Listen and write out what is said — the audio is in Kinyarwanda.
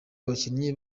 abakinnyi